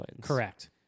correct